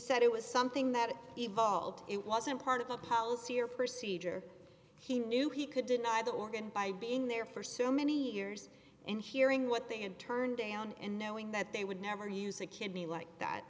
said it was something that evolved it wasn't part of a policy or procedure he knew he could deny the organ by being there for so many years and hearing what they had turned down in knowing that they would never use a kidney like that